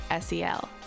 SEL